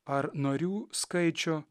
ar narių skaičių